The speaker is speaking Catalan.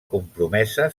compromesa